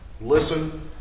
Listen